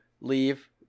leave